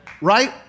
Right